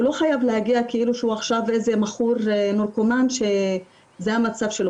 הוא לא חייב להגיע כאילו שהוא עכשיו איזה מכור נרקומן שזה המצב שלו,